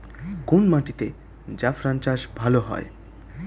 কোন মাটিতে জাফরান চাষ ভালো হয়?